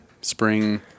spring